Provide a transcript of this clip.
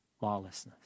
lawlessness